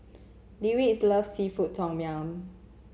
Lyric loves seafood Tom Yum